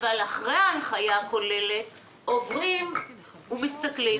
אבל אחרי ההנחיה הכוללת עוברים ומסתכלים.